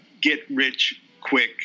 get-rich-quick